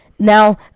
Now